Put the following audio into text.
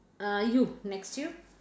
uh you next you